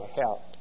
help